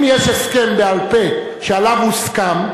אם יש הסכם בעל-פה שעליו הוסכם,